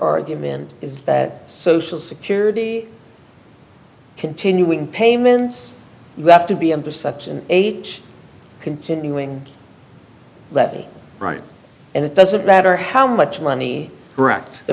argument is that social security continuing payments that's to be under such age continuing that right and it doesn't matter how much money correct the